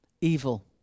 Evil